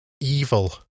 evil